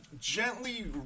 gently